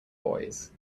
boys